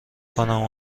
کنم